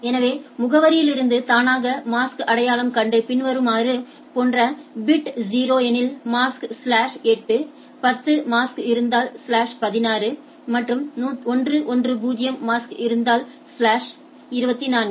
எனவே முகவரியிலிருந்து தானாக மாஸ்க்கை அடையாளம் கண்டு பின்வருவன போன்ற பிட் 0 எனில் மாஸ்க் ஸ்லாஷ் 8 10 மாஸ்க் இருந்தால் ஸ்லாஷ் 16 மற்றும் 110 மாஸ்க் இருந்தால் ஸ்லாஷ் 24